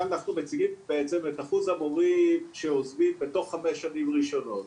כאן אנחנו מציגים בעצם את אחוז המורים שעוזבים בתוך חמש שנים ראשונות.